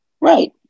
Right